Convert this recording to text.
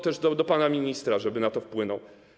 Też do pana ministra, żeby na to wpłynął.